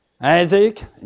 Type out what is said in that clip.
Isaac